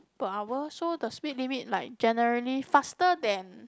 per hour so the speed limit like generally faster than